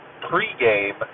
pre-game